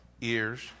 Ears